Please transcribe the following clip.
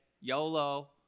YOLO